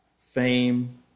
fame